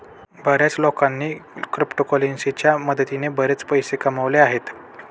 बर्याच लोकांनी क्रिप्टोकरन्सीच्या मदतीने बरेच पैसे कमावले आहेत